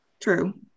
true